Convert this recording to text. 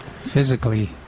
Physically